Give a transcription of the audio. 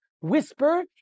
whisper